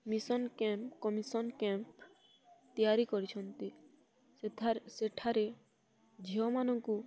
mission camp commission camp ତିଆରି କରିଛନ୍ତି ସେଠାରେ ଝିଅ ମାନଙ୍କୁ